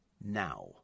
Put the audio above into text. now